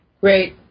Great